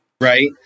right